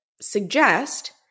suggest